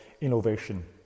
innovation